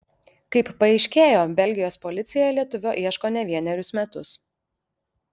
kaip paaiškėjo belgijos policija lietuvio ieško ne vienerius metus